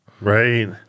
right